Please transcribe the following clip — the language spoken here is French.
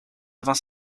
avant